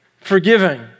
forgiving